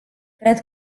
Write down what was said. cred